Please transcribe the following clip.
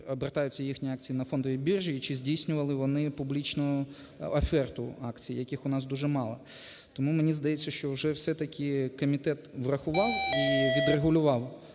обертаються їхні акції на фондовій біржі і чи здійснювали вони публічно оферту акцій, яких у нас дуже мало. Тому мені здається, що вже все-таки комітет врахував і відрегулював